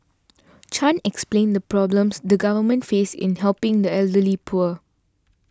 Chan explained the problems the government face in helping the elderly poor